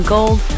Gold